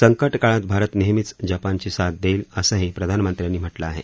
संकटकाळात भारत नेहमीच जपानची साथ देईल असं ही प्रधानमंत्र्यांनी म्हटलं आहे